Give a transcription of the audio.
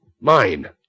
Mine